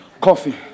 coffee